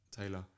Taylor